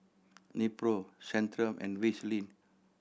Nepro Centrum and Vaselin